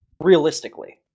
realistically